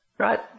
Right